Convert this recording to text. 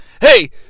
Hey